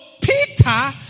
Peter